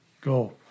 go